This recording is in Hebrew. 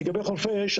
לגבי חורפיש,